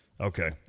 Okay